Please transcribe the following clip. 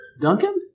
Duncan